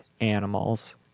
animals